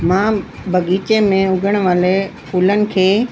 मां बग़ीचे में उगण वाले फूलनि खे